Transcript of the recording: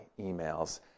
emails